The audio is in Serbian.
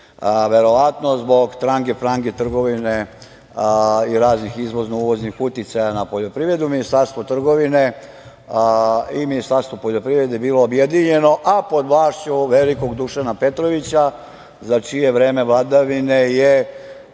verovatno zbog trange-frange trgovine i raznih izvozno-uvoznih uticaja na poljoprivredu, Ministarstvo trgovine i Ministarstvo poljoprivrede bilo objedinjeno, a pod vlašću velikog Dušana Petrovića, za čije vreme vladavine je